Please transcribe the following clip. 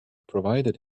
provided